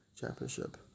championship